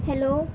hello